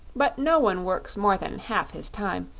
but no one works more than half his time,